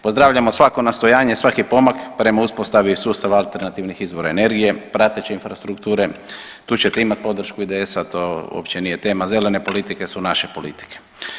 Pozdravljamo svako nastojanje, svaki pomak prema uspostavi sustava alternativnih izvora energije, prateće infrastrukture tu ćete imati podršku IDS-a, to uopće nije tema, zelene politike su naše politike.